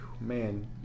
Man